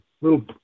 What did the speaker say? little